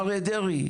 אריה דרעי,